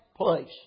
place